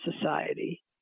society